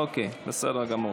אוקיי, בסדר גמור.